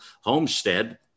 homestead